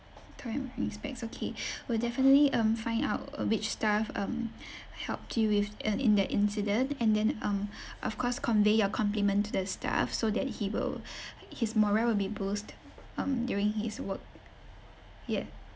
tall and wearing specs okay we'll definitely um find out uh which staff um helped you with uh in that incident and then um of course convey your compliment to the staff so that he will his morale will be boost um during his work ya